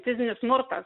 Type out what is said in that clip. fizinis smurtas